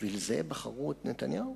בשביל זה בחרו את נתניהו?